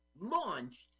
launched